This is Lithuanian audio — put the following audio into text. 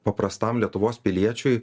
paprastam lietuvos piliečiui